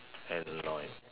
annoy